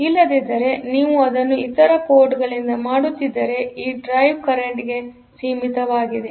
ಇಲ್ಲದಿದ್ದರೆ ನೀವು ಅದನ್ನು ಇತರ ಪೋರ್ಟ್ಗಳಿಂದ ಮಾಡುತ್ತಿದ್ದರೆ ಈ ಡ್ರೈವ್ ಕರೆಂಟ್ ಸೀಮಿತವಾಗಿದೆ